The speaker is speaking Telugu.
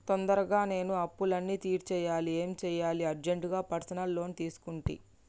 తొందరగా నేను అప్పులన్నీ తీర్చేయాలి ఏం సెయ్యాలి అర్జెంటుగా పర్సనల్ లోన్ తీసుకుంటి